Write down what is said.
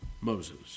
Moses